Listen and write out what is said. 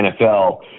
NFL